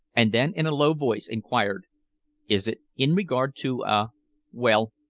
and then in a low voice inquired is it in regard to a well,